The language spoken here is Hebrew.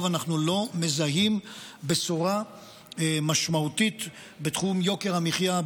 אנחנו לא מזהים בשורה משמעותית בתחום יוקר המחיה,